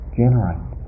generate